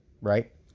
Right